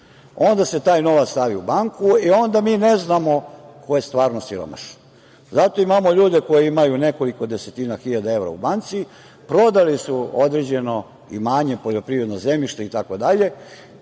Onda se taj novac stavi u banku i onda mi ne znamo ko je stvarno siromašan. Zato imamo ljude koji imaju nekoliko desetina hiljada evra u banci, prodali su određeno imanje poljoprivredno zemljište i